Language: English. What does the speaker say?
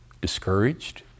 Discouraged